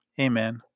Amen